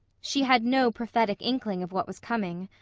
she had no prophetic inkling of what was coming.